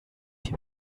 die